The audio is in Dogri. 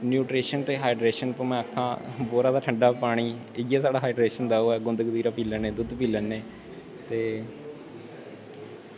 न्यूट्रिय़यन ते हाईड्रेशन ते बोर दा पानी इयै साढ़ा हाईड्रेशन हा जां ओह् गुंधकतीरा पी लैने दुद्ध पी लैने ते